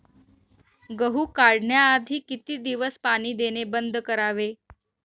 गहू काढण्याआधी किती दिवस पाणी देणे बंद करावे?